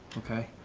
okay?